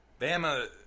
Bama